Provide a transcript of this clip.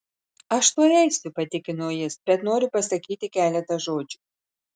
aš tuoj eisiu patikino jis bet noriu pasakyti keletą žodžių